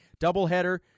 Doubleheader